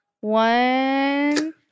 one